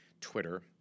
Twitter